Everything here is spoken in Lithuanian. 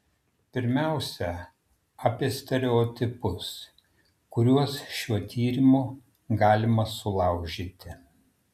pirmiausia apie stereotipus kuriuos šiuo tyrimu galima sulaužyti